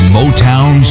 Motown